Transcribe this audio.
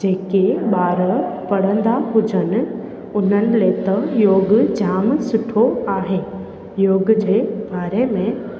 जेके ॿार पढ़ंदा हुजनि उन्हनि लाइ त योग जामु सुठो आहे योग जे बारे में